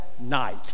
night